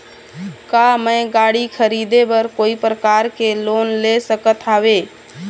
का मैं गाड़ी खरीदे बर कोई प्रकार के लोन ले सकत हावे?